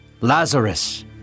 Lazarus